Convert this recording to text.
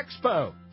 Expo